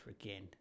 again